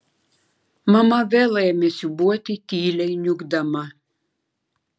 mama vėl ėmė siūbuoti tyliai niūkdama